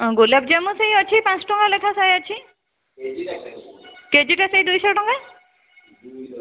ଗୋଲାପଜାମ୍ ସେହି ଅଛି ପାଞ୍ଚ ଟଙ୍କା ଲେଖାଁ ସେହି ଅଛି କେଜିଟା ସେହି ଦୁଇଶହ ଟଙ୍କା